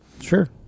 Sure